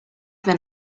been